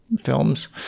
films